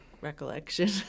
recollection